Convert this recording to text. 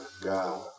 God